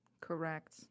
Correct